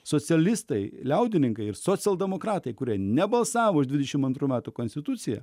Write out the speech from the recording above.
socialistai liaudininkai ir socialdemokratai kurie nebalsavo už dvidešim antrų metų konstituciją